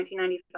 1995